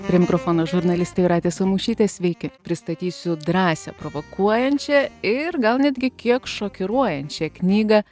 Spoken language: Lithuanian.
prie mikrofono žurnalistė jūratė samušytė sveiki pristatysiu drąsią provokuojančią ir gal netgi kiek šokiruojančią knygą